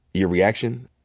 your reaction?